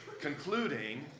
Concluding